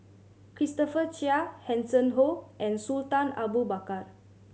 Christopher Chia Hanson Ho and Sultan Abu Bakar